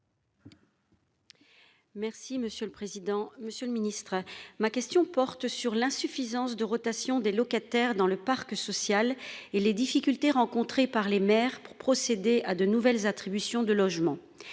Merci monsieur le président, Monsieur le ministre, ma question porte sur l'insuffisance de rotation des locataires dans le parc social et les difficultés rencontrées par les maires pour procéder à de nouvelles attributions de logements.